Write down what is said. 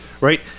Right